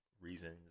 reasons